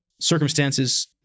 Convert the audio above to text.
circumstances